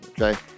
Okay